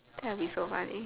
that would be so funny